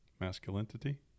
Masculinity